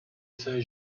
saint